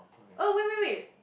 oh wait wait wait